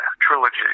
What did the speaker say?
trilogy